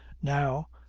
now,